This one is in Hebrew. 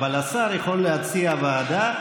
אבל השר יכול להציע ועדה,